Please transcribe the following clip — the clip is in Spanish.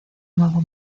nuevo